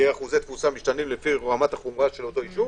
יהיו אחוזי תפוסה משתנים לפי רמת החומרה של אותו ישוב,